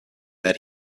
that